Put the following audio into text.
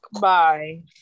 Bye